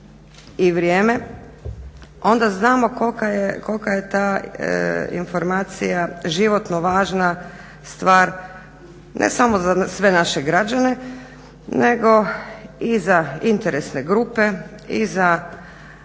i vrijeme. Onda znamo kolika je ta informacija životno važna stvar, ne samo za sve naše građane, nego i za interesne grupe, i za